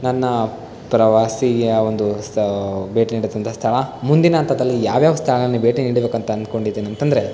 ನನ್ನ ಪ್ರವಾಸಿಯ ಒಂದು ಸ ಭೇಟಿ ನೀಡಿದಂಥ ಸ್ಥಳ ಮುಂದಿನ ಹಂತದಲ್ಲಿ ಯಾವ್ಯಾವ ಸ್ಥಳಗಳನ್ನು ಭೇಟಿ ನೀಡಬೇಕು ಅಂತ ಅಂದುಕೊಂಡಿದ್ದೀನಿ ಅಂತಂದರೆ